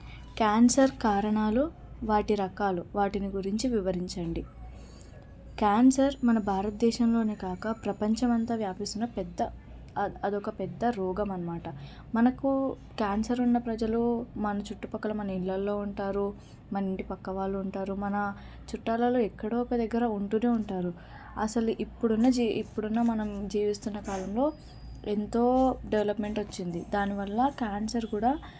cancer కారణాలు వాటి రకాలు వాటిని గురించి వివరించండి క్యాన్సర్ మన భారతదేశంలోనే కాక ప్రపంచమంతా వ్యాపిస్తున్న పెద్ద అదొక పెద్ద రోగం అన్నమాట మనకు క్యాన్సర్ ఉన్న ప్రజలు మన చుట్టుపక్కల మన ఇళ్ళలో ఉంటారు మన ఇంటి పక్క వాళ్ళు ఉంటారు మన చుట్టాలల్లో ఎక్కడో ఒక్క దిగ్గర ఉంటునే ఉంటారు అసలు ఇప్పుడున్న జీ ఇప్పుడున్న మనం జీవిస్తున్న కాలంలో ఎంతో డెవలప్మెంట్ వచ్చింది దానివల్ల క్యాన్సర్ కూడా